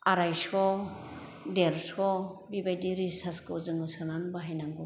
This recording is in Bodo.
आराइस' देरस' बिबायदि रिसार्चखौ जोङो सोनानै बाहायनांगौ